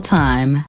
time